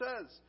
says